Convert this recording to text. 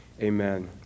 Amen